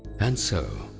and so,